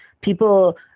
people